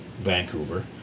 Vancouver